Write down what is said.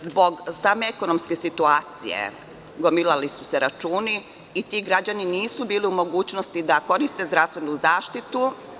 Zbog same ekonomske situacije gomilali su se računi i ti građani nisu bili u mogućnosti da koriste zdravstvenu zaštitu.